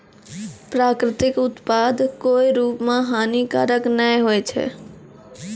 प्राकृतिक उत्पाद कोय रूप म हानिकारक नै होय छै